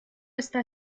está